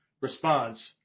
response